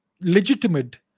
legitimate